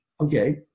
okay